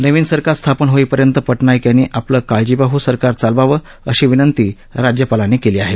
नवीन सरकार स्थापन होईपर्यंत पटनाईक यांनी आपलं काळजीवाहू सरकार चालवावं अशी विनंती राज्यापालांनी केली आहे